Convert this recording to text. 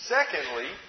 Secondly